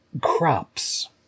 crops